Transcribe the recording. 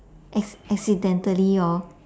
ac~ accidentally hor